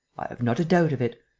i have not a doubt of it.